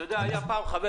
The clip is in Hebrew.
אתה יודע, היה פעם חבר